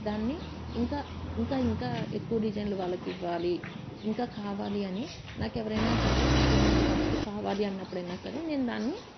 దాన్ని ఇంకా ఇంకా ఇంకా ఎక్కువ డిజైన్లు వాళ్ళకి ఇవ్వాలి ఇంకా కావాలి అని నాకు ఎవరైనా సరే నాకు ఇలాంటి వర్క్ కావాలి అన్నప్పుడు అయినా సరే నేను దాన్ని